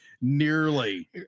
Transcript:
Nearly